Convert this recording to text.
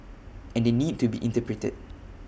and they need to be interpreted